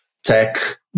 tech